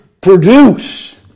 produce